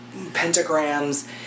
pentagrams